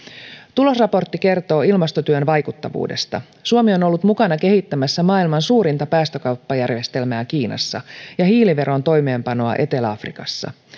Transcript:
tulosraportti kertoo ilmastotyön vaikuttavuudesta suomi on ollut mukana kehittämässä maailman suurinta päästökauppajärjestelmää kiinassa ja hiiliveron toimeenpanoa etelä afrikassa